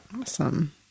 awesome